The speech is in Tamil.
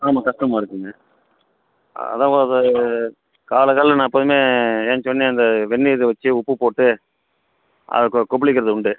ஆமாம் கஷ்டமாக இருக்குங்க அதாவது காலை காலை நான் எப்போதுமே ஏழுஞ்சன்னே அந்த வெந்நீர் வச்சு உப்பு போட்டு அது கொப்புளிக்கிறது உண்டு